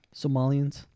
Somalians